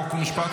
חוק ומשפט,